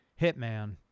Hitman